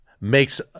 makes